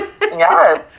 Yes